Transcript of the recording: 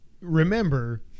remember